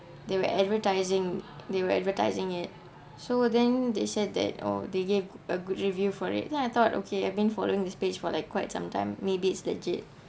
they were advertising they were advertising it so then they said that oh they gave a good review for it then I thought okay I've been following this page for like quite sometime maybe it's legit